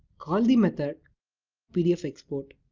call the method pdf export.